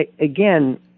again